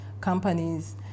companies